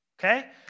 Okay